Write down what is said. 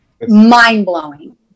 mind-blowing